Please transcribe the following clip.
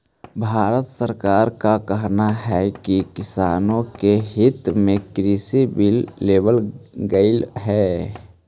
भारत सरकार का कहना है कि किसानों के हित में कृषि बिल लेवल गेलई हे